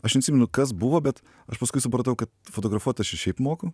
aš neatsimenu kas buvo bet aš paskui supratau kad fotografuot aš ir šiaip moku